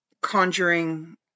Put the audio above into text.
Conjuring